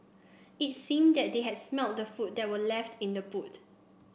it seemed that they had smelt the food that were left in the boot